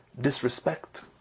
disrespect